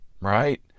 right